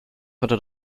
konnte